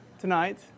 tonight